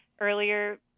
earlier